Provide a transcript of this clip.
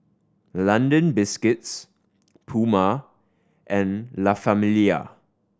London Biscuits Puma and La Famiglia